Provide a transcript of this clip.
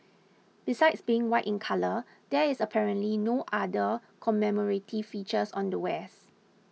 besides being white in colour there is apparently no other commemorative features on the wares